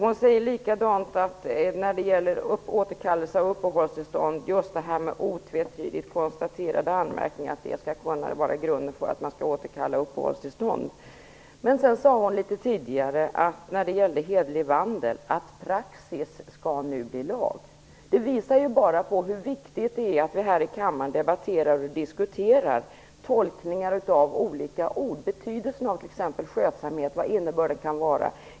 Hon säger också, när det gäller återkallelse av uppehållstillstånd, att "otvetydigt konstaterad anmärkning" skall kunna vara grunden för att uppehållstillståndet skulle kunna återkallas. I frågan om hederlig vandel sade Maud Björnemalm att praxis nu skall bli lag. Det visar hur viktigt det är att vi här i kammaren debatterar och diskuterar tolkningar av olika ord. Ta t.ex. betydelsen av "skötsamhet". Vad kan innebörden vara i det?